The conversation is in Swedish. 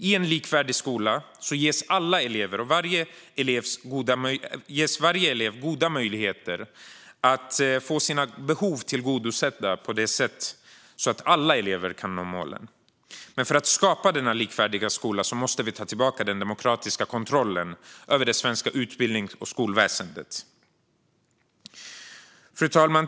I en likvärdig skola ges varje elev goda möjligheter att få sina behov tillgodosedda så att alla elever kan nå målen. Men för att skapa denna likvärdiga skola måste vi ta tillbaka den demokratiska kontrollen över det svenska utbildnings och skolväsendet. Fru talman!